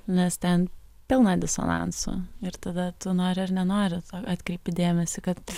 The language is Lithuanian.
nes ten pilna disonansų ir tada tu nori ar nenori atkreipi dėmesį kad